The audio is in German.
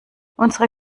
unsere